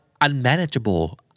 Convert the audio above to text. unmanageable